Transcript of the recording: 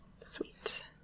Sweet